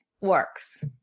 works